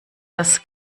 das